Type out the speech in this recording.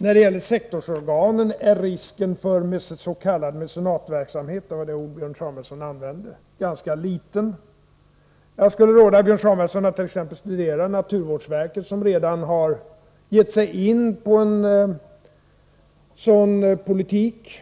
att risken för s.k. mecenatsverksamhet — det var det ord som Björn Samuelson använde — är ganska liten när det gäller sektorsorganen. Jag vill råda Björn Samuelson att studera t.ex. naturvårdsverket, där man redan har gett sig in på en sådan politik.